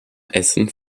essen